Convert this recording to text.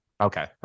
Okay